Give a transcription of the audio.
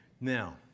Now